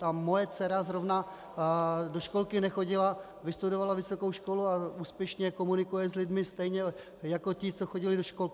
A moje dcera zrovna do školky nechodila, vystudovala vysokou školu a úspěšně komunikuje s lidmi stejně jako ti, co chodili do školky.